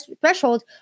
threshold